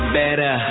better